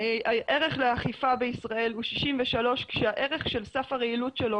הערך הבריאותי בישראל הוא 63 כאשר הערך של סף הרעילות שלו